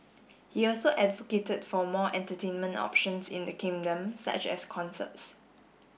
he also advocated for more entertainment options in the kingdom such as concerts